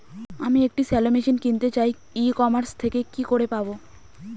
আমি একটি shallow machine কিনতে চাই ই কমার্স থেকে কি করে পাবো?